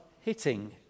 hitting